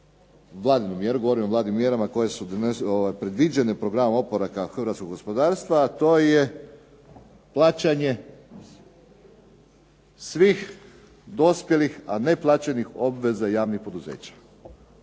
vladinu mjeru, govorim o vladinim mjerama koje su predviđene programom oporavka hrvatskog gospodarstva, a to je plaćanje svih dospjelih a ne plaćenih obveza javnih poduzeća.